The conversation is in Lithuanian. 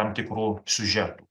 tam tikru siužetu